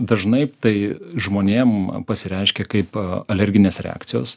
dažnai tai žmonėm pasireiškia kaip alerginės reakcijos